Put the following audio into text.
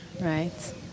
Right